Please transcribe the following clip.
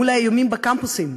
מול האיומים בקמפוסים,